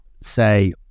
say